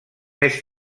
més